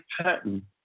pattern